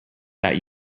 that